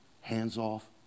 hands-off